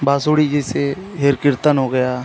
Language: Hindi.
बाँसुरी जिसे हेर कीर्तन हो गया